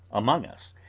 among us,